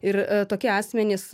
ir tokie asmenys